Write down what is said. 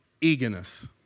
eagerness